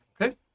Okay